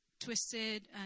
twisted